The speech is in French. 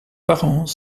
parents